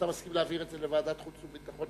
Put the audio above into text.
אתה מסכים להעביר את זה לדיון בוועדת החוץ והביטחון?